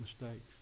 mistakes